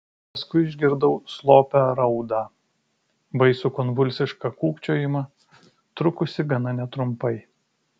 paskui išgirdau slopią raudą baisų konvulsišką kūkčiojimą trukusį gana netrumpai